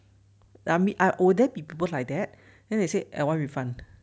like I mean will there be people like that and they say I want refund